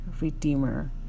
redeemer